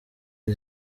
all